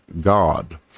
God